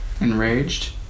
Enraged